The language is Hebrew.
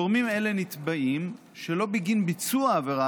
גורמים אלה נתבעים שלא בגין ביצוע העבירה